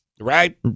Right